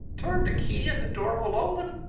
turn the key and the door will open,